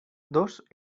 dos